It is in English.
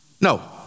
No